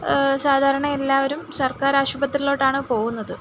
സാധാരണ എല്ലാവരും സർക്കാർ ആശുപത്രിയിലോട്ടാണ് പോവുന്നത്